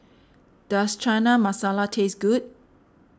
does Chana Masala taste good